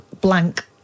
blank